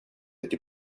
эти